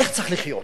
איך צריך לחיות?